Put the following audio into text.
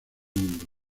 mundo